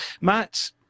matt